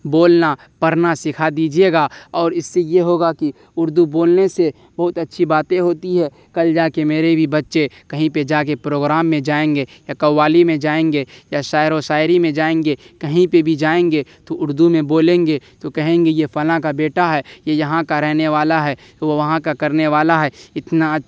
بولنا پڑھنا سکھا دیجیے گا اور اس سے یہ ہوگا کہ اردو بولنے سے بہت اچھی باتیں ہوتی ہے کل جا کے میرے بھی بچے کہیں پہ جا کے پروگرام میں جائیں گے یا کوالی میں جائیں گے یا شاعر و شاعری میں جائیں گے کہیں پہ بھی جائیں گے تو اردو میں بولیں گے تو کہیں گے کہ یہ فلاں کا بیٹا ہے یہ یہاں کا رہنے والا ہے وہ وہاں کا کرنے والا ہے اتنا